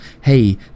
Hey